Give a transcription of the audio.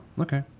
okay